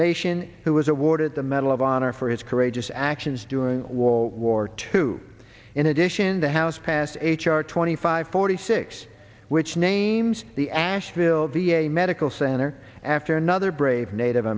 nation who was awarded the medal of honor for his courageous actions doing war war two in addition the house passed h r twenty five forty six which names the asheville v a medical center after another brave native